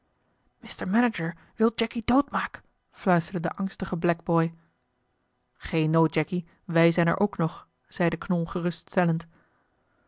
manager wil jacky doodmaak fluisterde de angstige blackboy geen nood jacky wij zijn er ook nog zeide knol